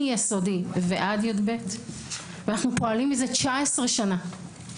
מיסודי ועד י"ב ואנחנו פועלים מזה 19 שנה.